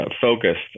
focused